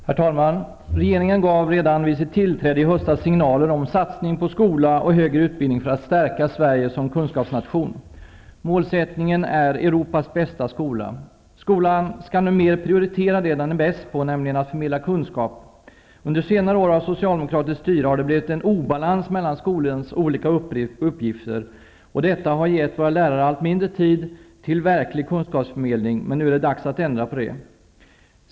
Herr talman! Regeringen gav redan vid sitt tillträde i höstas signaler om satsning på skola och högre utbildning för att stärka Sverige som kunskapsnation. Målsättningen är Europas bästa skola. Skolan skall nu mer prioritera det som den är bäst på -- nämligen att förmedla kunskap. Under senare år av socialdemokratiskt styre har det blivit en obalans mellan skolans olika uppgifter. Detta har gett våra lärare allt mindre tid till verklig kunskapsförmedling. Men nu är det dags att ändra på det.